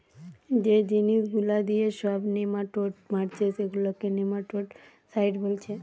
যে জিনিস গুলা দিয়ে সব নেমাটোড মারছে সেগুলাকে নেমাটোডসাইড বোলছে